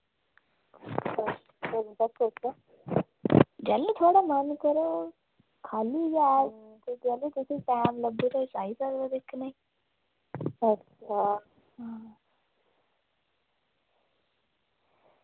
जैल्लू थुआढ़ा मन करग खा'ल्ली गै ते जैल्लू तुसेंगी टैम लग्गग तुस आई सकदे दिक्खने ई अच्छा हां